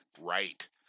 right